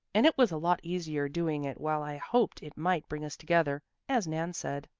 and it was a lot easier doing it while i hoped it might bring us together, as nan said.